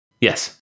Yes